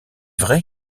vrai